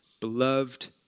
beloved